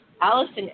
Allison